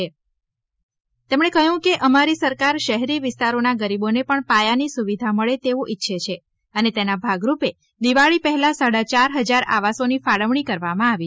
ગૃહમંત્રી એ કહ્યુ કે અમારી સરકાર શહેરી વિસ્તારોના ગરીબોને પણ પાયાની સુવિધા મળે તેવું ઇચ્છે છે અને તેના ભાગરૂપે દિવાળી પહેલા સાડા ચાર ફજાર આવાસોની ફાળવણી કરવામાં આવી છે